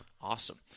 Awesome